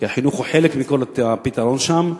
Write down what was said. כי החינוך הוא חלק מכל הפתרון שם,